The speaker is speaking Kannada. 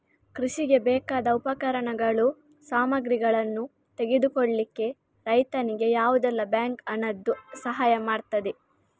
ಕೃಷಿಗೆ ಬೇಕಾದ ಉಪಕರಣಗಳು, ಸಾಮಗ್ರಿಗಳನ್ನು ತೆಗೆದುಕೊಳ್ಳಿಕ್ಕೆ ರೈತನಿಗೆ ಯಾವುದೆಲ್ಲ ಬ್ಯಾಂಕ್ ಹಣದ್ದು ಸಹಾಯ ಮಾಡ್ತದೆ?